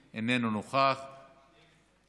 נעבור להצעות לסדר-היום מס'